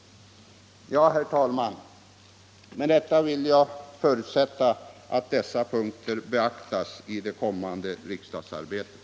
Herr talman! Jag förutsätter att dessa synpunkter beaktas i det kommande riksdagsarbetet.